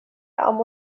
amb